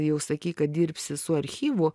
jau sakei kad dirbsi su archyvu